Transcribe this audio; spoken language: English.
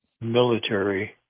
military